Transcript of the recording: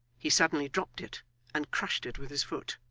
he suddenly dropped it and crushed it with his foot.